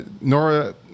Nora